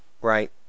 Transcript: Right